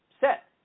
set